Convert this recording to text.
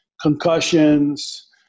concussions